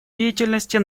деятельности